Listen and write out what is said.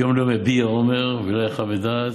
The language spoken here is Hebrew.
"יום ליום יביע אֹמר ולילה ללילה יחוֶה דעת",